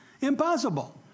Impossible